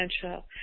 potential